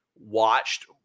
watched